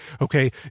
okay